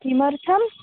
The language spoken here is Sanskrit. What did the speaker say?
किमर्थम्